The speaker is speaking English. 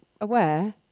aware